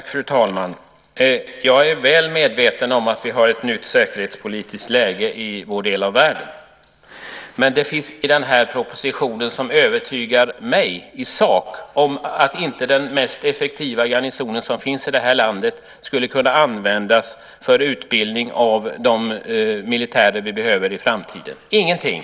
Fru talman! Jag är väl medveten om att vi har ett nytt säkerhetspolitiskt läge i vår del av världen. Men det finns ingenting i den här propositionen som i sak övertygar mig om att inte den mest effektiva garnisonen som finns i det här landet skulle kunna användas för utbildning av de militärer som vi behöver i framtiden - ingenting!